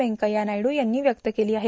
वेंकय्या नायडू यांनी व्यक्त केली आहे